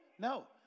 No